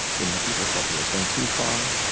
you know people thought he was going too far.